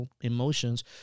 emotions